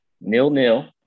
Nil-nil